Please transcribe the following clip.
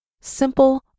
simple